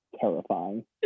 terrifying